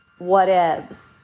whatevs